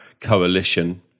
coalition